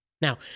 Now